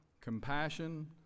Compassion